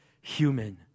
human